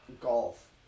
golf